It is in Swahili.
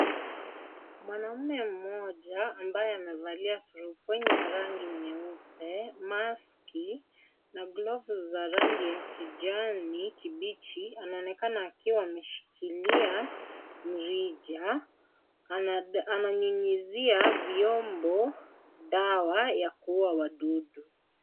Mwanamume mmoja ambaye amevalia surupwenye ya rangi nyeupe, maski na glovu za rangi ya kijani kibichi anaonekana akiwa ameshikilia mrija ananyunyizia vyombo dawa ya kuuwa wadudu.